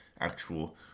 actual